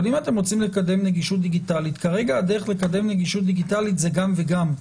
אבל אם רוצים לקדם נגישות דיגיטלית כרגע הדרך לעשות זאת זה גם וגם.